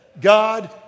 God